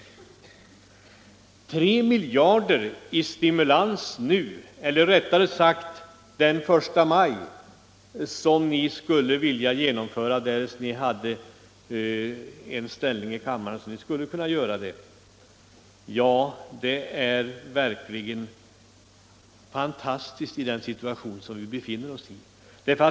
Ytterligare 3 miljarder i stimulans nu, eller rättare sagt den 1 maj, som ni skulle vilja genomdriva därest ni hade sådan ställning i kammaren att ni kunde göra det, är verkligen lättsinnigt i den situation vi befinner oss i.